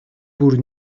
бүр